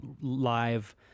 live